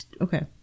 Okay